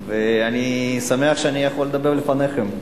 אני שמח שאני יכול לדבר לפניכם.